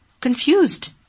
confused